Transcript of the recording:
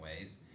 ways